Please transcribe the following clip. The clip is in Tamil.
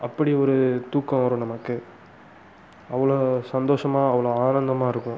அப்படி ஒரு தூக்கம் வரும் நமக்கு அவ்வளோ சந்தோஷமாக அவ்வளோ ஆனந்தமாக இருக்கும்